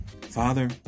father